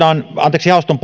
jaoston